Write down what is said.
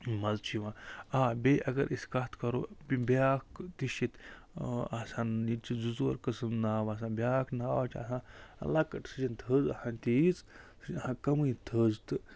مَزٕ چھُ یِوان آ بیٚیہِ اگر أسۍ کَتھ کَرو بیٚیہِ بیٛاکھ تہِ چھِ ییٚتہِ آسان ییٚتہِ چھِ زٕ ژور قٕسٕم ناو آسان بیٛاکھ ناو چھِ آسان لۄکٕٹ سُہ چھَنہٕ تھٔز آسان تیٖژ سُہ چھِ آسان کَمٕے تھٔز تہٕ